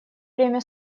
время